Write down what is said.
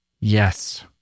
Yes